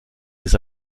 des